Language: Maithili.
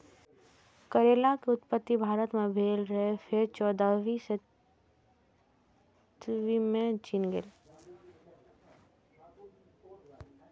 करैला के उत्पत्ति भारत मे भेल रहै, फेर चौदहवीं शताब्दी मे ई चीन गेलै